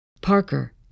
Parker